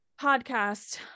podcast